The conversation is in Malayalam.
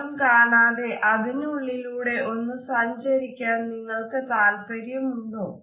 ആരും കാണാതെ അതിനുളിലൂടെ ഒന്ന് സഞ്ചരിക്കാൻ നിങ്ങൾക്ക് താത്പര്യമുണ്ടോ